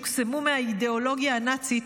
שהוקסמו מהאידיאולוגיה הנאצית,